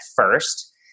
first